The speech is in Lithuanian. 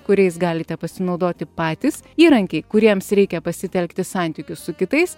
kuriais galite pasinaudoti patys įrankiai kuriems reikia pasitelkti santykius su kitais